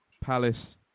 Palace